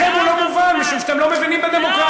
לכם הוא לא מובן משום שאתם לא מבינים בדמוקרטיה.